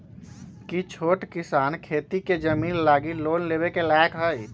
कि छोट किसान खेती के जमीन लागी लोन लेवे के लायक हई?